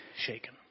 shaken